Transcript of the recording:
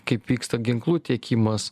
kaip vyksta ginklų tiekimas